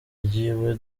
ryiwe